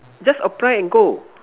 just apply and go